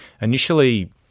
Initially